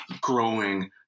growing